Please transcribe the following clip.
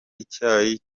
icyayi